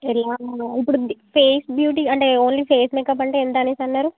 ఎలా ఇప్పుడు ఇది ఫేస్ బ్యూటీ అంటే ఓన్లీ ఫేస్ మేకప్ అంటే ఎంతనేసి అన్నారు